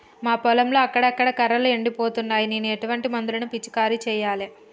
మా పొలంలో అక్కడక్కడ కర్రలు ఎండిపోతున్నాయి నేను ఎటువంటి మందులను పిచికారీ చెయ్యాలే?